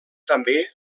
també